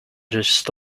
just